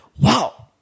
wow